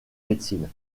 médecine